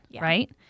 right